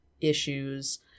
issues